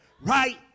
right